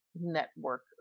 network